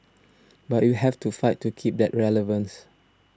but you have to fight to keep that relevance